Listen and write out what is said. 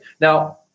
Now